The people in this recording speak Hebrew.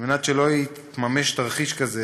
כדי שלא יתממש תרחיש כזה,